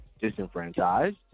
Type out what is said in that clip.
disenfranchised